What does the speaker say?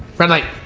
red light.